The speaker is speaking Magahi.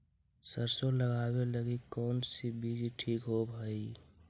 सरसों लगावे लगी कौन से बीज ठीक होव हई?